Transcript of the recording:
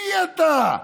מי אתה?